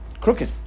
crooked